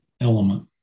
element